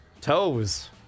Toes